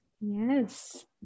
Yes